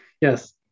Yes